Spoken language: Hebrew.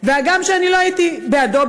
הגם שלא הייתי בעדו,